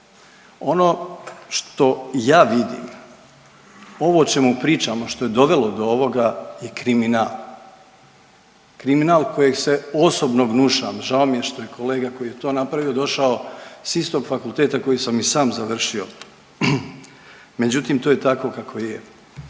Ono što ja vidim, ovo o čemu pričamo što je dovelo do ovoga je kriminal, kriminal kojeg se osobno gnušam. Žao mi je što je kolega koji je to napravio došao sa istog fakulteta koji sam i sam završio, međutim to je tako kako je.